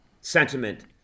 sentiment